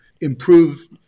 improve